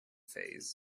fays